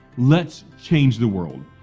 let's change the world,